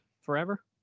forever